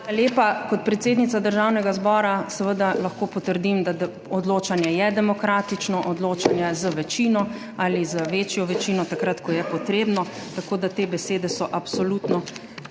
lepa. Kot predsednica Državnega zbora seveda lahko potrdim, da odločanje je demokratično, odločanje z večino ali z večjo večino takrat, ko je potrebno, tako da te besede so absolutno